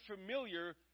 familiar